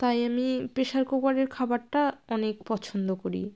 তাই আমি প্রেশার কুকারের খাবারটা অনেক পছন্দ করি